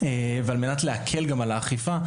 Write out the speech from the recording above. וגם כדי להקל על האכיפה,